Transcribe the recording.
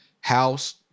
House